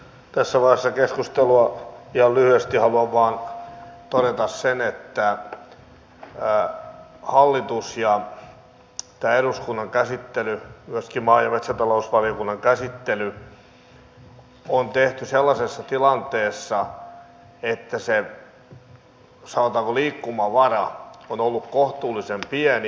tässä vaiheessa keskustelua ihan lyhyesti haluan vain todeta sen että hallituksen ja tämä eduskunnan käsittely myöskin maa ja metsätalousvaliokunnan käsittely on tehty sellaisessa tilanteessa että se sanotaanko liikkumavara on ollut kohtuullisen pieni